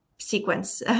Sequence